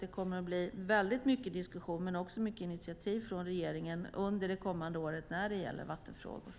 Det kommer att vara mycket diskussion och komma många initiativ från regeringen under det kommande året när det gäller vattenfrågan.